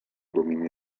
domini